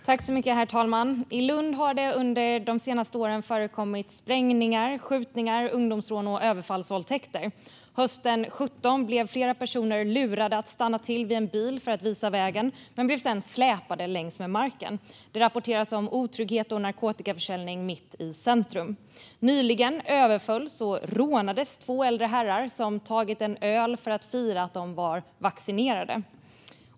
Herr talman! I Lund har det de senaste åren förekommit sprängningar, skjutningar, ungdomsrån och överfallsvåldtäkter. Hösten 2017 lurades flera personer att stanna till vid en bil för att visa vägen, men de blev sedan släpade längs med marken. Det rapporteras om otrygghet och narkotikaförsäljning mitt i centrum. Nyligen överfölls och rånades två äldre herrar som hade tagit en öl för att fira att de var vaccinerade.